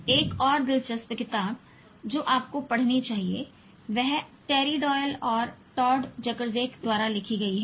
एक और दिलचस्प किताब जो आपको पढ़नी चाहिए वह टेरी डॉयल और टॉड ज़करज़सेक द्वारा लिखी गई है